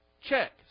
check